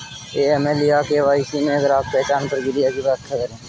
AML या KYC में ग्राहक पहचान प्रक्रिया की व्याख्या करें?